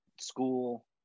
school